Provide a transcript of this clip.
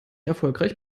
erfolgreich